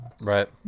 right